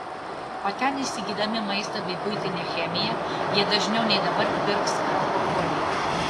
o ten įsigydami maistą bei buitinę chemiją jie dažniau nei dabar pirks ir alkoholį